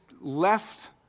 left